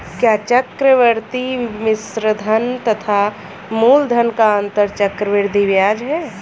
क्या चक्रवर्ती मिश्रधन तथा मूलधन का अंतर चक्रवृद्धि ब्याज है?